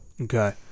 okay